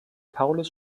paulus